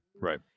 Right